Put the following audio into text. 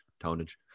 tonnage